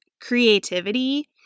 creativity